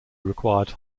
required